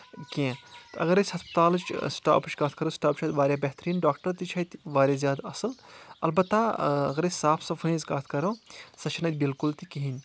کینٛہہ تہٕ اگر أسۍ ہسپتالٕچ سٔٹاپٕچ کتھ کرو سٔٹاپ چھُ اتہِ واریاہ بہتریٖن ڈاکٹر تہِ چھِ اَتہِ واریاہ زیادٕ اَصٕل اَلبتہ اگر أسۍ صاف صفٲیہِ ہٕنٛز کتھ کرو سۄ چھنہٕ اَتہِ بالکُل تہِ کِہیٖنۍ